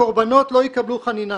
הקורבנות לא יקבלו חנינה.